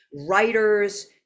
writers